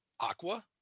Aqua